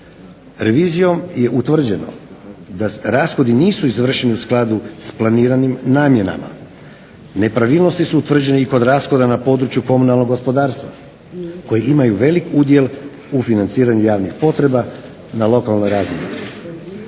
Revizijom je utvrđeno da rashodi nisu izvršeni u skladu s planiranim namjenama. Nepravilnosti su utvrđene i kod rashoda na području komunalnog gospodarstva koje imaju velik udjel u financiranju javnih potreba na lokalnoj razini.